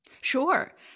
Sure